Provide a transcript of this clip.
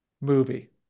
movie